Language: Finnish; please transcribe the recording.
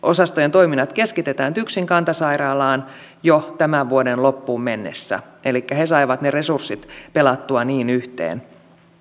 toiminnat keskitetään tyksin kantasairaalaan jo tämän vuoden loppuun mennessä elikkä he saivat ne resurssit pelattua niin yhteen